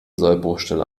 sollbruchstelle